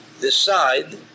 decide